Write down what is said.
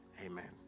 amen